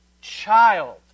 child